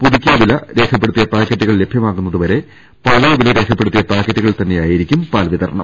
പുതുക്കിയ വില രേഖപ്പെടുത്തിയ പാക്കറ്റുകൾ ലഭ്യമാകുന്നതു വരെ പഴയ വില രേഖപ്പെടുത്തിയ പാക്കറ്റുകളിൽ തന്നെയാകും പാൽ വിതരണം